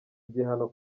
igihano